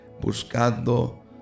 buscando